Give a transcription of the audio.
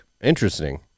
Interesting